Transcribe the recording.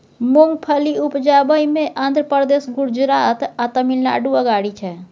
मूंगफली उपजाबइ मे आंध्र प्रदेश, गुजरात आ तमिलनाडु अगारी छै